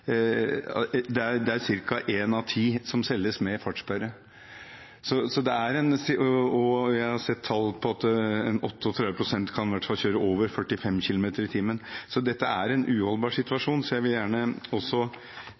av ti som selges med fartssperre, og jeg har sett tall på at i hvert fall 38 pst. kan kjøre over 45 kilometer i timen. Dette er en uholdbar situasjon, så jeg vil gjerne appellere til statsråden, uten at jeg venter en debatt nå, at han også